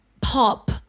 pop